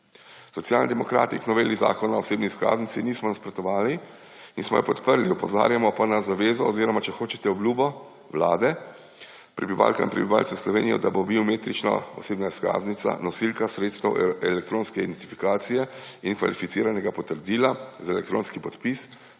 Socialni demokrati k noveli zakona o osebni izkaznici nismo nasprotovali in smo jo podprli, opozarjamo pa na zavezo oziroma, če hočete, obljubo Vlade, prebivalk in prebivalcev Slovenije, da bo biometrična osebna izkaznica nosilka sredstev elektronske identifikacije in kvalificiranega potrdila za elektronski podpis